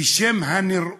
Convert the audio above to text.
אפילו בשם הנראות,